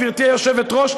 גברתי היושבת-ראש,